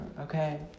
okay